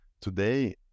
Today